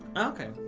okay.